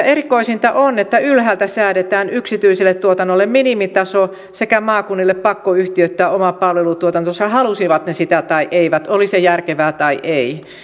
erikoisinta on että ylhäältä säädetään yksityiselle tuotannolle minimitaso sekä maakunnille pakko yhtiöittää oma palvelutuotantonsa halusivat ne sitä tai eivät oli se järkevää tai ei